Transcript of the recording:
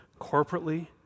corporately